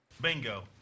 Bingo